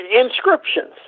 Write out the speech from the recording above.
inscriptions